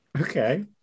Okay